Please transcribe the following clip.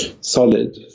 Solid